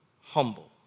humble